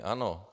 Ano.